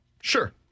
Sure